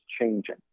changing